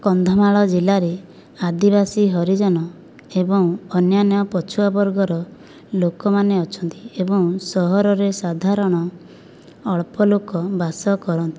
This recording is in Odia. କନ୍ଧମାଳ ଜିଲ୍ଲାରେ ଆଦିବାସୀ ହରିଜନ ଏବଂ ଅନ୍ୟାନ୍ୟ ପଛୁଆ ବର୍ଗର ଲୋକମାନେ ଅଛନ୍ତି ଏବଂ ସହରରେ ସାଧାରଣ ଅଳ୍ପ ଲୋକ ବାସ କରନ୍ତି